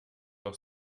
doch